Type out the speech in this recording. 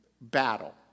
battle